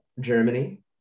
Germany